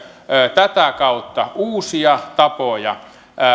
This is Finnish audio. tätä kautta uusia tapoja